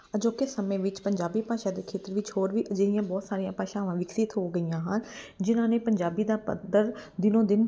ਅਜੋਕੇ ਸਮੇਂ ਵਿੱਚ ਪੰਜਾਬੀ ਭਾਸ਼ਾ ਦੇ ਖੇਤਰ ਵਿੱਚ ਹੋਰ ਵੀ ਅਜਿਹੀਆਂ ਬਹੁਤ ਸਾਰੀਆਂ ਭਾਸ਼ਾਵਾਂ ਵਿਕਸਿਤ ਹੋ ਗਈਆਂ ਹਨ ਜਿਨ੍ਹਾਂ ਨੇ ਪੰਜਾਬੀ ਦਾ ਪੱਧਰ ਦਿਨੋਂ ਦਿਨ